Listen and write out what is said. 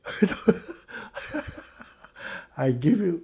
I give you